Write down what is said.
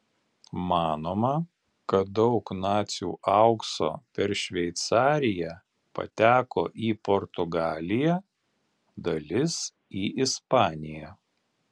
manoma kad daug nacių aukso per šveicariją pateko į portugaliją dalis į ispaniją